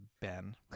Ben